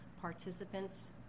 participants